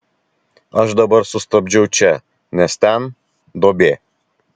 aš dabar sustabdžiau čia nes ten duobė